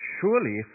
Surely